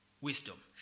wisdom